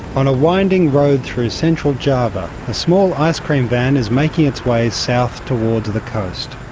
on a winding road through central java, a small ice cream van is making its way south towards the coast.